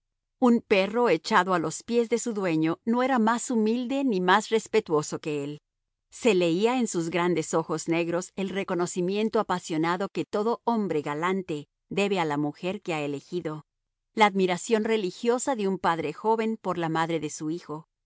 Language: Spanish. un perro echado a los pies de su dueño no era más humilde ni más respetuoso que él se leía en sus grandes ojos negros el reconocimiento apasionado que todo hombre galante debe a la mujer que ha elegido la admiración religiosa de un padre joven por la madre de su hijo